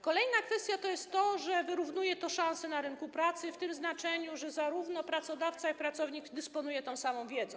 Kolejna kwestia to jest to, że wyrównuje to szanse na rynku pracy w tym znaczeniu, że zarówno pracodawca, jak i pracownik dysponują tą samą wiedzą.